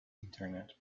internet